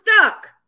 stuck